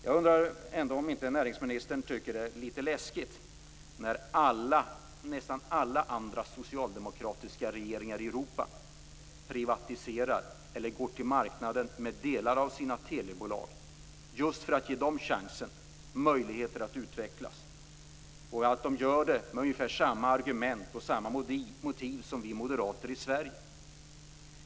Jag undrar om inte näringsministern tycker att det är litet läskigt när nästan alla andra socialdemokratiska regeringar i Europa privatiserar eller går till marknaden med delar av sina telebolag, just för att ge dem chans och möjlighet att utvecklas. De gör det med ungefär samma argument och motiv som vi moderater i Sverige anför.